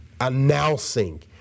announcing